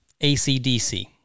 ACDC